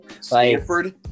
Stanford